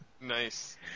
Nice